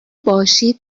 باشی